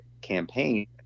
campaign